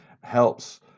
helps